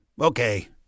Okay